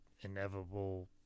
inevitable